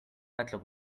nightclub